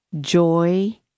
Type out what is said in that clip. joy